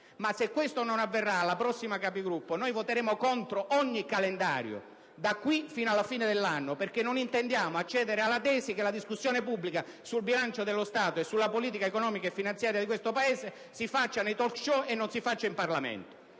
Ma se ciò non avverrà, alla prossima riunione dei Capigruppo voteremo contro ogni calendario, da qui fino alla fine dell'anno. Non intendiamo, infatti, accedere alla tesi che la discussione pubblica sul bilancio dello Stato e sulla politica economica e finanziaria del Paese si faccia nei *talk show* e non in Parlamento.